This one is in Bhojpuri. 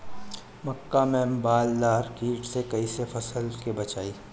मक्का में बालदार कीट से कईसे फसल के बचाई?